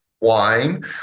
wine